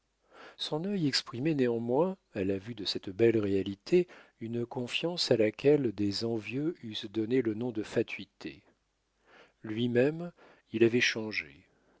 son œil exprimait néanmoins à la vue de cette belle réalité une confiance à laquelle des envieux eussent donné le nom de fatuité lui-même il avait changé